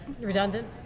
Redundant